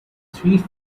three